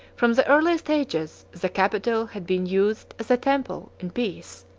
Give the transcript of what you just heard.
from the earliest ages, the capitol had been used as a temple in peace,